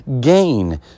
gain